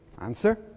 Answer